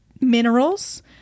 minerals